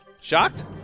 Shocked